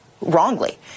wrongly